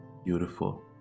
beautiful